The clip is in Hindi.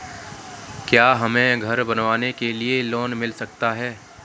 क्या हमें घर बनवाने के लिए लोन मिल सकता है?